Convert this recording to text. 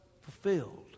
fulfilled